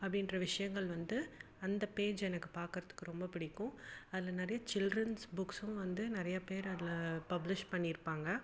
அப்படின்ற விஷயங்கள் வந்து அந்த பேஜ் எனக்கு பார்க்கறதுக்கு ரொம்ப பிடிக்கும் அதில் நிறைய சில்ட்ரன்ஸ் புக்ஸும் வந்து நிறைய பேர் அதில் பப்ளிஷ் பண்ணிருப்பாங்க